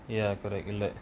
ya correct correct